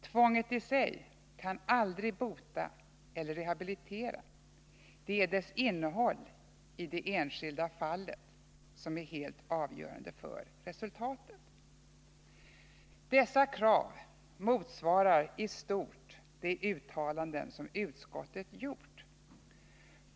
Tvånget i sig kan aldrig bota eller rehabilitera. Det är dess innehåll i det enskilda fallet som är helt avgörande för resultatet.” Dessa krav motsvarar i stort de uttalanden som utskottet gjort.